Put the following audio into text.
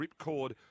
Ripcord